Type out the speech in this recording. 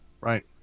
right